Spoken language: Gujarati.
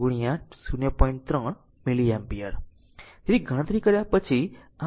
તેથી ગણતરી કર્યા પછી આ i 1